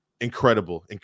incredible